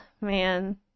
man